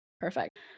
Perfect